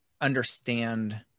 understand